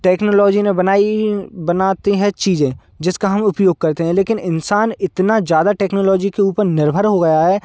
technology ने बनाई बनाती है चीज़ें जिसका हम उपयोग करते हैं लेकिन इंसान इतना ज़्यादा टेक्नोलॉजी के ऊपर निर्भर हो गया है